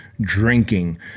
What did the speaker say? drinking